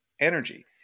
energy